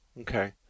Okay